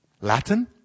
Latin